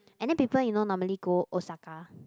and then people you know normally go Osaka